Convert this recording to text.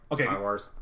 Okay